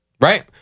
Right